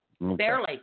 Barely